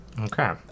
Okay